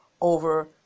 over